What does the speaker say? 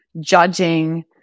judging